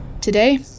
Today